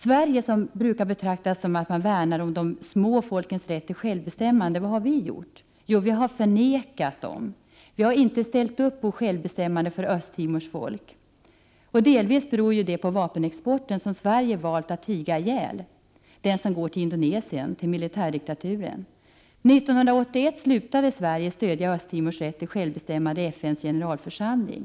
Sverige brukar betraktas som ett land som värnar om de små folkens rätt till självbestämmande. Men vad har vi gjort? Jo, vi har förnekat dem. Vi har inte ställt upp på självbestämmande för Östtimors folk. Det beror delvis på vapenexporten, som Sverige valt att tiga ihjäl, den vapenexport som går till Indonesien, till militärdiktaturen. 1981 slutade Sverige stödja Östtimors rätt till självbestämmande i FN:s generalförsamling.